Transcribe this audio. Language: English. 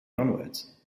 onwards